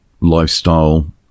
lifestyle